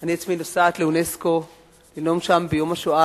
אני עצמי נוסעת לאונסק"ו לנאום שם ביום השואה